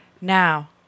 Now